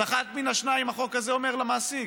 אז אחד מן השניים החוק הזה אומר למעסיק: